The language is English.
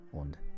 und